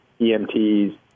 EMTs